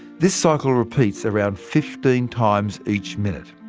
the cycle repeats around fifteen times each minute.